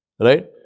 Right